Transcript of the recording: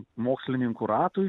mokslininkų ratui